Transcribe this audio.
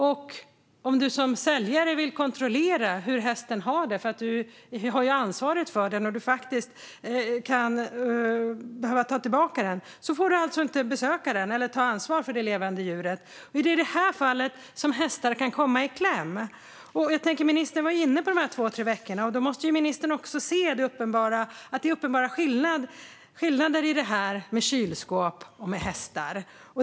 Och om du som säljare vill kontrollera hur hästen har det, eftersom du har ansvaret för den och kan behöva ta tillbaka den, får du alltså inte besöka den eller ta ansvar för det levande djuret. Det är i detta fall som hästarna kan komma i kläm. Ministern var inne på dessa två tre veckor. Då måste ministern också se att det är uppenbara skillnader mellan kylskåp och hästar.